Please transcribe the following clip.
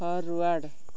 forward